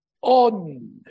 on